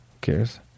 cares